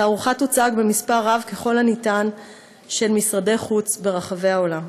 התערוכה תוצג במספר רב ככל הניתן של משרדי חוץ ברחבי העולם.